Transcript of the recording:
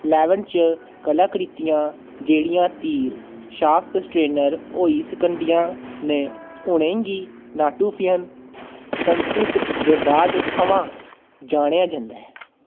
Levant च कलाकृतियां जेह्ड़ियां तीर शाफ्ट स्ट्रेटनर होई सकदियां न उ'नें गी नाटुफियन संस्कृत दे बाद थमां जानेआ जंदा ऐ